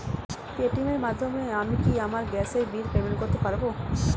Paytm এর মাধ্যমে আমি কি আমার গ্যাসের বিল পেমেন্ট করতে পারব?